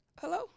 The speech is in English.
hello